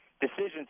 decisions